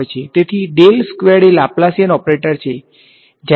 તેથી del squared એ Laplacian operator છે